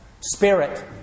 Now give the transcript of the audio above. spirit